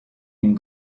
une